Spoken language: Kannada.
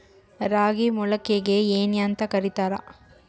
ರಾಗಿ ಮೊಳಕೆಗೆ ಏನ್ಯಾಂತ ಕರಿತಾರ?